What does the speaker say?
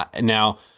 Now